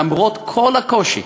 למרות כל הקושי,